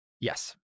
Yes